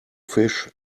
fish